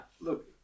look